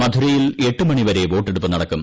മധുരയിൽ എട്ട് മണി വരെ വോട്ടെടുപ്പ് നടക്കും